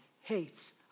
hates